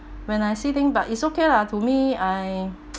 when I see thing but it's okay lah to me I